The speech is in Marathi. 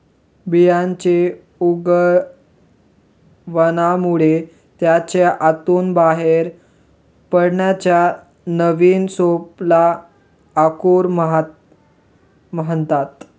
बियांच्या उगवणामुळे त्याच्या आतून बाहेर पडणाऱ्या नवीन रोपाला अंकुर म्हणतात